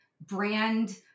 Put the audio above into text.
brand